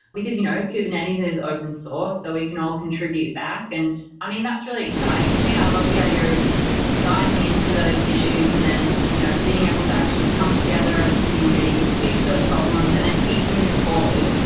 because you know kubernetes is open source, so we can all contribute back. and i mean, that's really exciting to me. i love the idea of diving into those issues and then you know being able to actually come together as a community, fix those problems and then keep moving forward.